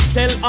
Tell